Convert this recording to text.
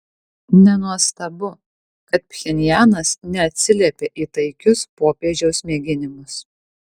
nenuostabu kad pchenjanas neatsiliepė į taikius popiežiaus mėginimus